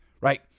Right